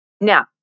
Now